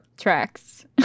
Tracks